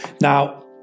Now